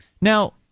Now